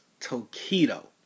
Tokido